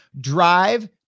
drive